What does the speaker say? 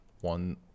one